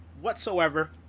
whatsoever